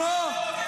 מה אתה צועק?